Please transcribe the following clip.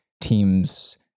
team's